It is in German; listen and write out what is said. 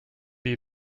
die